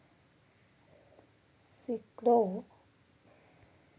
ಸ್ಕಿಡ್ಡೋ scorpion, mussel, ಡಿಪ್ಲುರಗಳಿಂದ ರೇಷ್ಮೆ ಉತ್ಪಾದಿಸುತ್ತಾರೆ